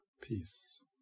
peace